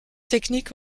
techniques